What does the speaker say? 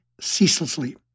ceaselessly